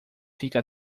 fica